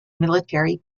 military